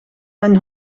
mijn